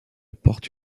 porte